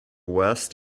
west